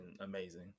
amazing